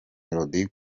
melodie